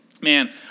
Man